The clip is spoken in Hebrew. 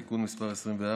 תיקון מס' 24,